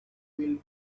will